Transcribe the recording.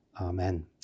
Amen